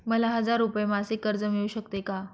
मला हजार रुपये मासिक कर्ज मिळू शकते का?